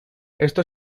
esto